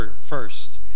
first